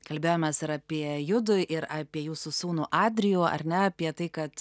kalbėjomės ir apie judu ir apie jūsų sūnų adrijų ar ne apie tai kad